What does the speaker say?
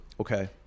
Okay